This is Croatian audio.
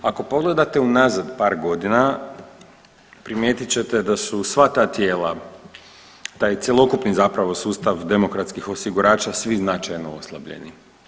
Ako pogledate unazad par godina primijetit ćete da su sva ta tijela, taj cjelokupni zapravo sustav demokratskih osigurača svi značajno oslabljeni.